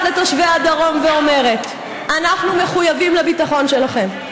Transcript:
אל תושבי הדרום ואומרת: אנחנו מחויבים לביטחון שלכם.